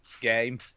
game